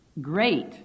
great